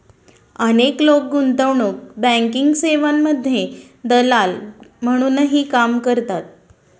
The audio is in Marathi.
अनेक लोक गुंतवणूक बँकिंग सेवांमध्ये दलाल म्हणूनही काम करतात